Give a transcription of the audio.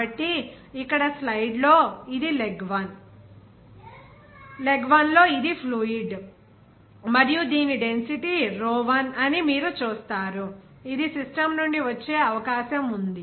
కాబట్టి ఇక్కడ స్లైడ్లో ఇది లెగ్ 1 లెగ్ 1 లో ఇది ఫ్లూయిడ్ మరియు దీని డెన్సిటీ రో 1 అని మీరు చూస్తారు ఇది సిస్టమ్ నుండి వచ్చే అవకాశం ఉంది